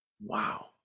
Wow